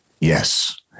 Yes